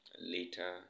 later